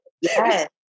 Yes